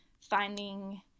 finding